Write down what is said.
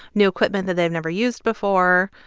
new equipment that they've never used before.